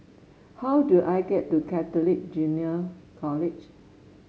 how do I get to Catholic Junior College